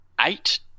eight